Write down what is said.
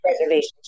reservations